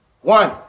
One